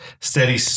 steady